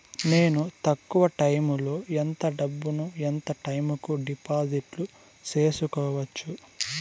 నేను తక్కువ టైములో ఎంత డబ్బును ఎంత టైము కు డిపాజిట్లు సేసుకోవచ్చు?